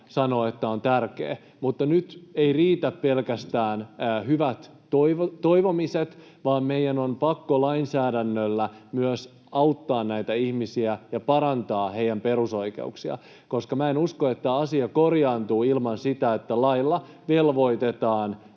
sanovat, että tämä on tärkeä, mutta nyt eivät riitä pelkästään hyvät toivomiset vaan meidän on pakko lainsäädännöllä myös auttaa näitä ihmisiä ja parantaa heidän perusoikeuksiaan, koska minä en usko, että asia korjaantuu ilman sitä, että lailla velvoitetaan